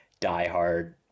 diehard